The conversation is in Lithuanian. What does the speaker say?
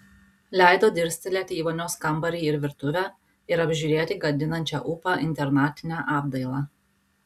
leido dirstelėti į vonios kambarį ir virtuvę ir apžiūrėti gadinančią ūpą internatinę apdailą